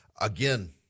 Again